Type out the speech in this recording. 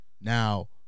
Now